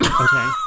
Okay